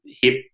hip